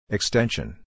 Extension